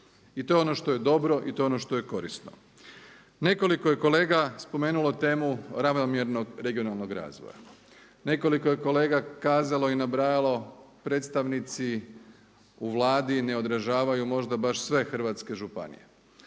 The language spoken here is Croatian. I to je ono što je dobro i to je ono što je korisno. Nekoliko je kolega spomenulo temu ravnomjernog regionalnog razvoja. Nekoliko je kolega kazalo i nabrajalo predstavnici u Vladi ne odražavaju možda baš sve hrvatske županije.